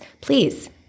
Please